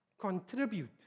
Contribute